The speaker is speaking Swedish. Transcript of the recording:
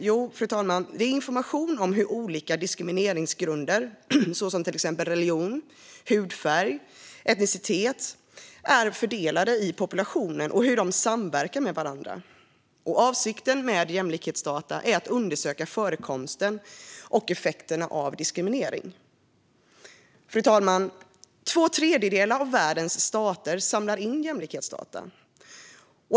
Jo, fru talman, det är information om hur olika diskrimineringsgrunder såsom religion, hudfärg eller etnicitet är fördelade i populationen och hur de samverkar med varandra. Avsikten med jämlikhetsdata är att undersöka förekomsten och effekterna av diskriminering. Fru talman! Två tredjedelar av världens stater samlar in jämlikhetsdata.